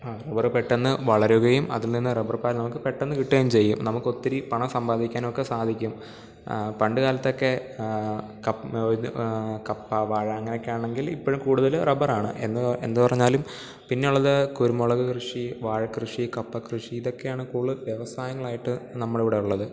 അവർ പെട്ടന്ന് വളരുകയും അതിൽ നിന്ന് റബർ പാൽ നമുക്ക് പെട്ടന്ന് കിട്ടുകയും ചെയ്യും നമുക്കൊത്തിരി പണം സമ്പാദിക്കാനുമൊക്കെ സാധിക്കും പണ്ട് കാലത്തൊക്കെ കപ്പ വാഴ അങ്ങനെയൊക്കെ ആണെങ്കിൽ ഇപ്പം കൂടുതലും റബ്ബറാണ് എന്ത് എന്ത് പറഞ്ഞാലും പിന്നെയുള്ളത് കുരുമുളക് കൃഷി വാഴ കൃഷി കപ്പ കൃഷി ഇതൊക്കെയാണ് കൂടുതൽ വ്യവസായങ്ങളായിട്ട് നമ്മുടെയിവിടെ ഉള്ളത്